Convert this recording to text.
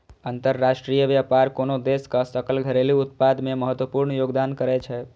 अंतरराष्ट्रीय व्यापार कोनो देशक सकल घरेलू उत्पाद मे महत्वपूर्ण योगदान करै छै